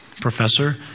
Professor